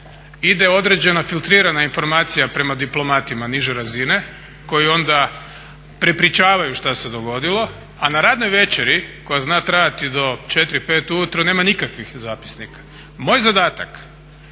ide određena filtrirana informacija prema diplomatima niže razine koji onda prepričavaju što se dogodilo. A na radnoj večeri koja zna trajati i do 4, 5 ujutro nema nikakvih zapisnika. Moj zadatak